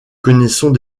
connaissons